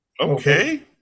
Okay